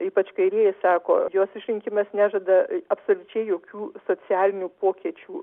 ypač kairieji sako jos išrinkimas nežada absoliučiai jokių socialinių pokyčių